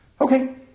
Okay